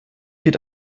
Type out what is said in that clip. wird